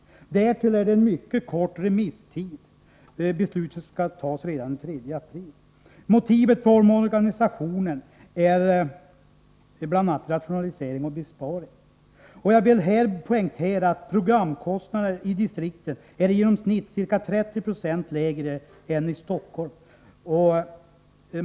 Därtill är det en mycket kort remisstid. Beslutet skall fattas redan den 3 april. Motivet för omorganisationen är bl.a. rationalisering och besparing. Jag vill här poängtera att programkostnadena ii distrikten är i genomsnitt ca 30 20 lägre än i Stockholm.